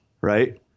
right